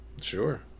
Sure